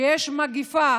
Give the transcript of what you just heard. כשיש מגפה